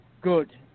good